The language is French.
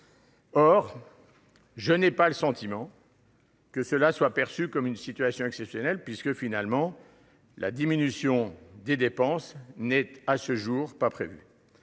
Or je n'ai pas le sentiment que cela soit perçu comme une situation exceptionnelle, puisqu'aucune diminution de dépenses n'est à ce jour prévue.